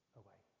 away